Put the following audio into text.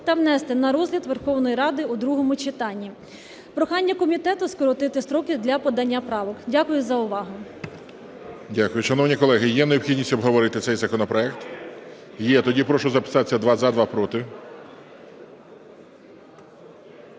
та внести на розгляд Верховної Ради у другому читанні. Прохання комітету скоротити строки для подання правок. Дякую за увагу. ГОЛОВУЮЧИЙ. Дякую. Шановні колеги, є необхідність обговорити цей законопроект? Є. Тоді прошу записатись: два – за, два – проти.